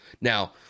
Now